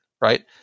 right